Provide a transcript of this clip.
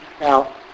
Now